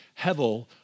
Hevel